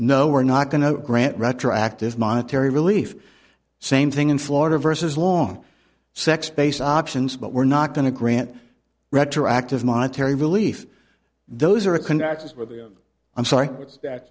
no we're not going to grant retroactive monetary relief same thing in florida versus long sex based options but we're not going to grant retroactive monetary relief those are connections with i'm sorry